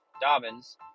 Dobbins